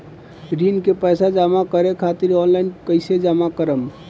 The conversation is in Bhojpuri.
ऋण के पैसा जमा करें खातिर ऑनलाइन कइसे जमा करम?